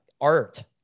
art